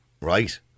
Right